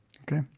Okay